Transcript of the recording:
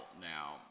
now